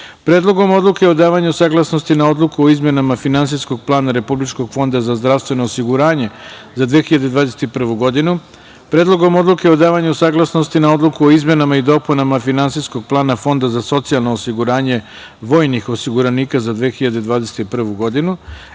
Predlogom odluke o davanju saglasnosti na Odluku o izmenama Finansijskog plana Republičkog fonda za zdravstveno osiguranje za 2021. godinu, Predlogom odluke o davanju saglasnosti na Odluku o izmenama i dopunama Finansijskog plana Fonda za socijalno osiguranje vojnih osiguranika za 2021. godinu